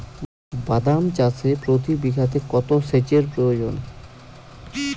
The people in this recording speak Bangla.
বাদাম চাষে প্রতি বিঘাতে কত সেচের প্রয়োজন?